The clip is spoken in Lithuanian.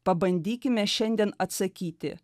pabandykime šiandien atsakyti